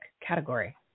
category